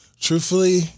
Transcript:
truthfully